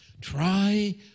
Try